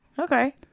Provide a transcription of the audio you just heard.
Okay